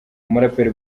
umuraperi